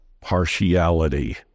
partiality